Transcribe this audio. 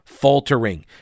faltering